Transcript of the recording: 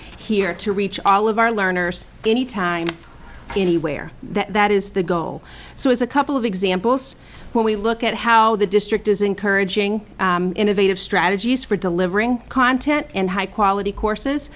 here to reach all of our learners anytime anywhere that is the goal so as a couple of examples when we look at how the district is encouraging innovative strategies for delivering content and high quality courses